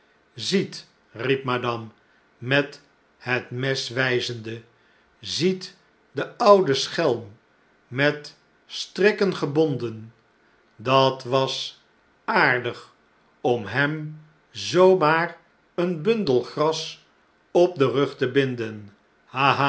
riep madame met het mes wijzende ziet den ouden schelm met strikken gebonden dat was aardig om hem zoo maar een bundel gras op den rug te binden